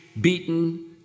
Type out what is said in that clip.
beaten